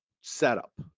setup